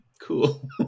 Cool